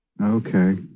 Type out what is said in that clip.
Okay